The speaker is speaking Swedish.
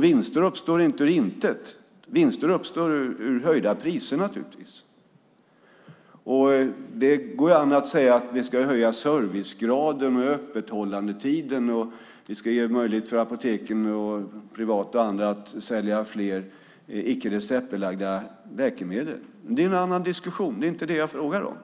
Vinster uppstår inte av intet. Vinster uppstår ur höjda priser, naturligtvis. Det går an att säga att vi ska höja servicegraden och öka öppethållandetider och att vi ska ge möjlighet för apoteken, privata och andra, att sälja fler icke-receptbelagda läkemedel. Det är en annan diskussion. Det är inte det jag frågar om.